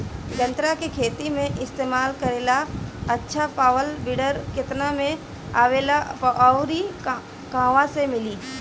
गन्ना के खेत में इस्तेमाल करेला अच्छा पावल वीडर केतना में आवेला अउर कहवा मिली?